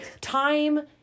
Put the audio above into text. time